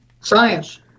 Science